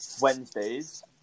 Wednesdays